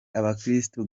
abakristu